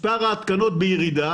תראי שמספר ההתקנות של המגן בירידה.